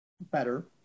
better